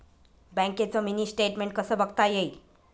बँकेचं mini statement कसं बघता येईल?